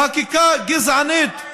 חקיקה גזענית.